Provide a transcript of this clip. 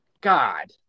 God